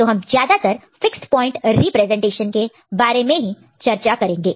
तो हम ज्यादातर फिक्स्ड प्वाइंट रिप्रेजेंटेशन के बारे में ही चर्चा करेंगे